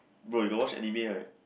bro you got watch anime right